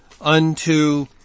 unto